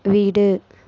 வீடு